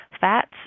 fats